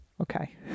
Okay